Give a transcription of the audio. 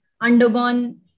undergone